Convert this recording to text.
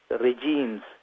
regime's